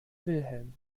wilhelm